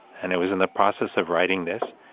and it was in the process of writing this,